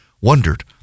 wondered